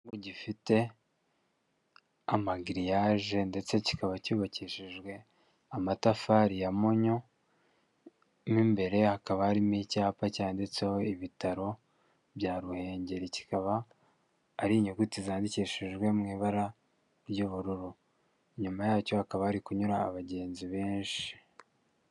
Ikigo gifite amagiriyaje ndetse kikaba cyubakishijwe amatafari y'impunyu hakaba harimo icyapa cyanditseho ibitaro bya Ruhengeri, kikaba ari inyuguti zandikishijwe mu ibara ry'ubururu inyuma yacyo hakaba hari kunyura abagenzi benshi.